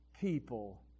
people